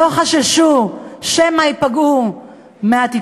לא חשש שמא ייפגע מהתקשורת,